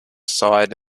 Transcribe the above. side